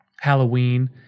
Halloween